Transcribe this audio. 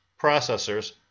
processors